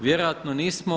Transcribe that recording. Vjerojatno nismo.